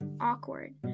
awkward